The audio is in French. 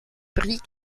bric